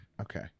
Okay